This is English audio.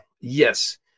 Yes